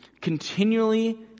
continually